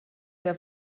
der